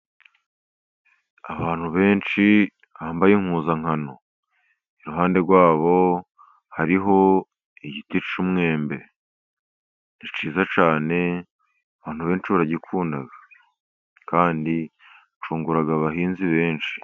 Abantu benshi bambaye impuzankano, iruhande rwabo hariho igiti cy'umwembe, ni cyiza cyane abantu benshi baragikunda kandi cyungura abahinzi benshi.